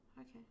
Okay